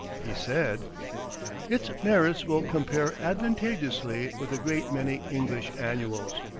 he said its merits will compare advantageously with a great many english annuals.